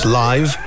live